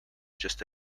just